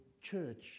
church